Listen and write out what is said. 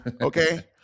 okay